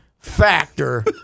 factor